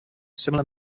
similar